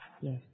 Yes